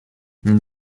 une